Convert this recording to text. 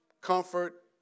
comfort